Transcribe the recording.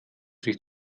sich